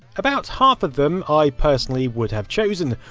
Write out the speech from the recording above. about half of them, i personally would have chosen,